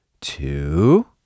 two